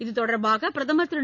இதுதொடர்பாக பிரதமர் திரு